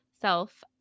self